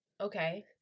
Okay